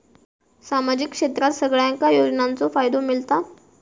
सामाजिक क्षेत्रात सगल्यांका योजनाचो फायदो मेलता?